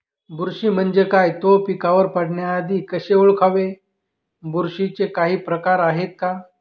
बुरशी म्हणजे काय? तो पिकावर पडण्याआधी कसे ओळखावे? बुरशीचे काही प्रकार आहेत का?